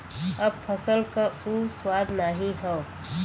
अब फसल क उ स्वाद नाही हौ